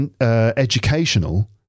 educational